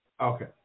Okay